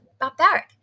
barbaric